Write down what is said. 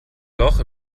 loch